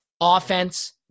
Offense